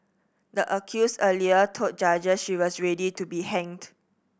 the accused earlier told judges she was ready to be hanged